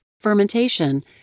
fermentation